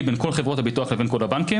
בין כל חברות הביטוח לבין כל הבנקים.